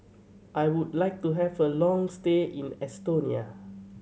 I would like to have a long stay in Estonia